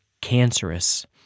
cancerous